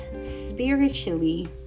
spiritually